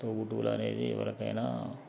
తోబుట్టువులు అనేది ఎవరికైనా